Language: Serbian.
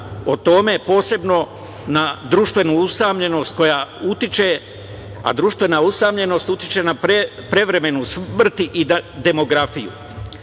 o tome, posebno na društvenu usamljenost koja utiče, a društvena usamljenost utiče na prevremenu smrt i na demografiju. Vidite,